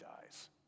dies